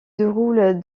déroule